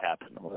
happen